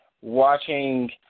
watching